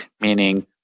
meaning